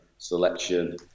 selection